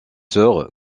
sœur